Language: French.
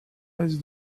reste